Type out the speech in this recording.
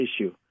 issue